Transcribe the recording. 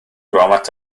gromit